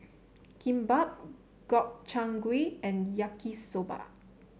Kimbap Gobchang Gui and Yaki Soba